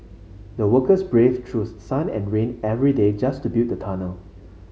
the workers braved through sun and rain every day just to build the tunnel